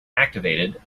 activated